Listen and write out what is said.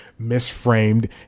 misframed